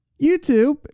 YouTube